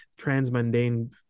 transmundane